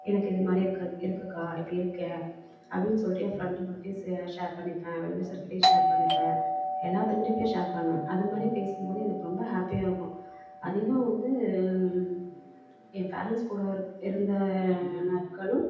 எனக்கு இது மாதிரி இருக்குது இருக்குக்கா இப்படி இருக்கேன் அப்படின்னு சொல்லிட்டு என் ஃப்ரெண்டுங்கள்கிட்டையும் சே ஷேர் பண்ணிப்பேன் வெல் விஷ்ஷர் கிட்டேயும் ஷேர் பண்ணிப்பேன் எல்லாத்துக்கிட்டேயும் போய் ஷேர் பண்ணுவேன் அது மாதிரி பேசும்போது எனக்கு ரொம்ப ஹேப்பியாக இருக்கும் அதுலேயும் வந்து என் பேரண்ட்ஸ் கூடவே இரு இருந்த நாட்களும்